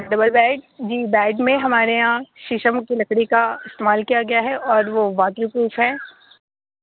double bed جی بیڈ میں ہمارے یہاں شیشم کی لکڑی کا استعمال کیا گیا ہے اور وہ واٹر پروف ہے